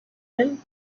him